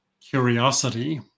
curiosity